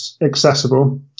accessible